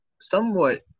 Somewhat